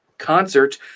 concert